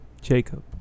Jacob